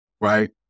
right